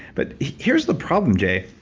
but here's the problem, jay.